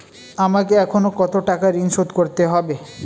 আমাকে এখনো কত টাকা ঋণ শোধ করতে হবে?